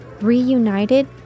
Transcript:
reunited